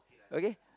okay